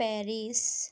Paris